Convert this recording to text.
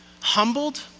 humbled